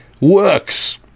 works